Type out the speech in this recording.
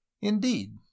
indeed